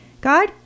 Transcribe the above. God